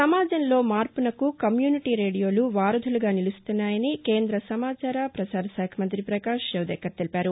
సమాజంలో మార్పునకు కమ్యూనిటీ రేడియోలు వారధులుగా నిలుస్తున్నాయని కేంద్ర సమాచార ప్రసార శాఖ మంతి పకాశ్ జవదేకర్ తెలిపారు